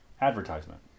advertisement